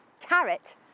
carrot